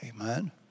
Amen